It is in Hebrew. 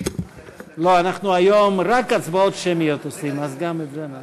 הצבעה אלקטרונית.